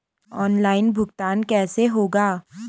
Online भुगतान कैसे होगा?